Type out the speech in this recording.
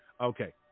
Okay